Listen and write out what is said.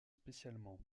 spécialement